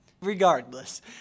regardless